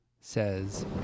says